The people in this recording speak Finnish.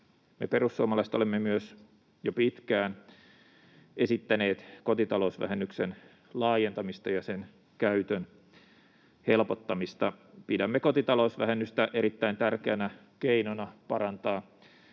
Me perussuomalaiset olemme myös jo pitkään esittäneet kotitalousvähennyksen laajentamista ja sen käytön helpottamista. Pidämme kotitalousvähennystä erittäin tärkeänä keinona parantaa